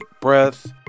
breath